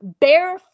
bare